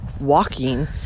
walking